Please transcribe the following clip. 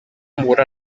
muhura